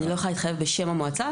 אני לא יכולה להתחייב בשם המועצה,